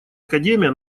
академия